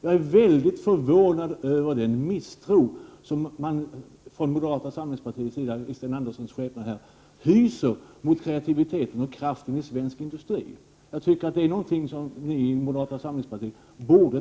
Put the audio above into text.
Jag är väldigt förvånad över den misstro som moderaterna, här i Sten Anderssons i Malmö skepnad, hyser mot kreativiteten och kraften i svensk industri. Det är någonting som ni i moderata samlingspartiet borde